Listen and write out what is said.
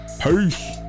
Peace